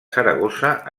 saragossa